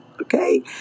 okay